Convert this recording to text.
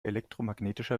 elektromagnetischer